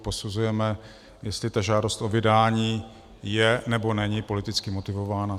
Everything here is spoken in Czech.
Posuzujeme, jestli ta žádost o vydání je, nebo není politicky motivována.